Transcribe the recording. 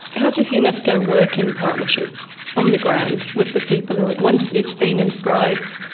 how does unesco work in partnership on the ground with the people? once it's been inscribed,